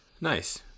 Nice